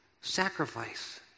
sacrifice